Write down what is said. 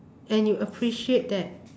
and you appreciate that